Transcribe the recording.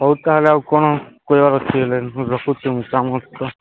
ହଉ ତାହାଲେ ଆଉ କ'ଣ କହିବାର ଅଛି ହେଲେ ମୁଁ ରଖୁଛି କାମ ଅଛି ତ